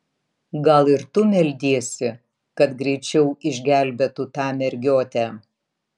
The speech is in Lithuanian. gal ir tu meldiesi kad greičiau išgelbėtų tą mergiotę